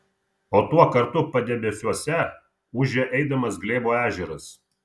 o tuo kartu padebesiuose ūžė eidamas glėbo ežeras